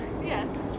Yes